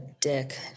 dick